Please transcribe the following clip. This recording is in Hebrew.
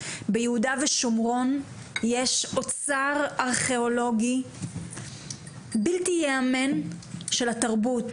ביהודה ושומרון יש אוצר ארכיאולוגי בלתי ייאמן של התרבות,